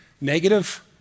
negative